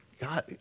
God